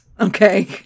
okay